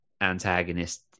antagonist